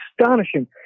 astonishing